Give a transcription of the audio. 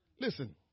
Listen